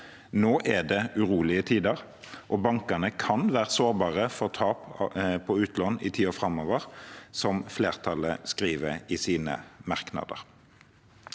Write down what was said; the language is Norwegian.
Nå er det urolige tider, og bankene kan være sårbare for tap på utlån i tiden framover, som flertallet skriver i sine merknader.